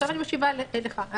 עכשיו אני משיבה לך.